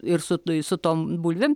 ir su su tom bulvėm